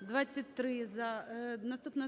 ЧЕРНЕНКО О.М.